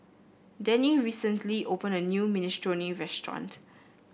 Danny recently opened a new Minestrone restaurant